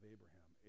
Abraham